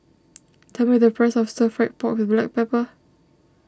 tell me the price of Stir Fried Pork with Black Pepper